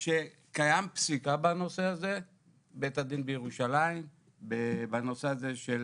קיימת פסיקה של בית הדין בירושלים בנושא הזה של